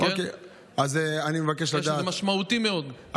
זה משמעותי מאוד.